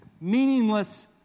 meaningless